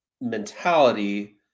mentality